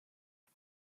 and